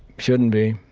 shouldn't be.